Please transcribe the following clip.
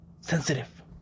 Sensitive